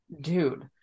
dude